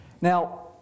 Now